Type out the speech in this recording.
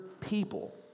people